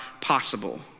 possible